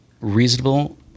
reasonable